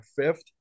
fifth